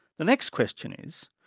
the next question is,